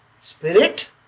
spirit